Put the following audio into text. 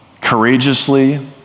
courageously